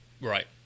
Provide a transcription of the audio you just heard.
Right